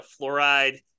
fluoride